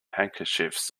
handkerchiefs